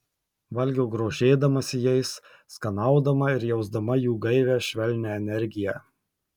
valgiau grožėdamasi jais skanaudama ir jausdama jų gaivią švelnią energiją